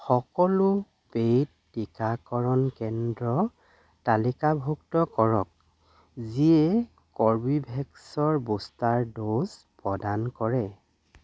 সকলো পে'ইড টিকাকৰণ কেন্দ্ৰ তালিকাভূক্ত কৰক যিয়ে কৰ্বীভেক্সৰ বুষ্টাৰ ড'জ প্ৰদান কৰে